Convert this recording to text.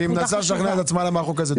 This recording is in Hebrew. הוא מנסה לשכנע את עצמה למה החוק הזה טוב.